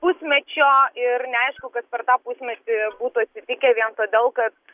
pusmečio ir neaišku kas per tą pusmetį būtų atsitikę vien todėl kad